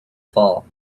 fall